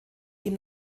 ihm